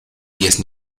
diez